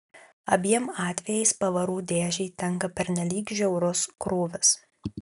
abiem atvejais pavarų dėžei tenka pernelyg žiaurus krūvis